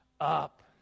up